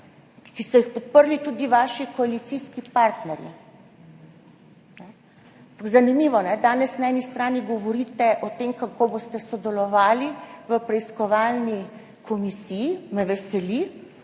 ki so jih podprli tudi vaši koalicijski partnerji. Ampak zanimivo, danes na eni strani govorite o tem, kako boste sodelovali v preiskovalni komisiji, me veseli,